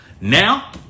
Now